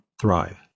thrive